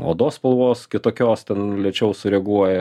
odos spalvos kitokios ten lėčiau sureaguoja